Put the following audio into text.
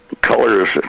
colors